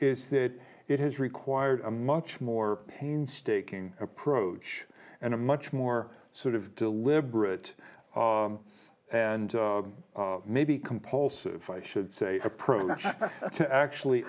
is that it has required a much more painstaking approach and a much more sort of deliberate and maybe compulsive i should say approach to actually